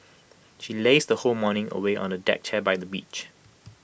she lazed her whole morning away on A deck chair by the beach